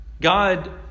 God